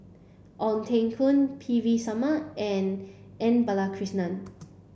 Ong Teng Koon P V Sharma and M Balakrishnan